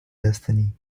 destiny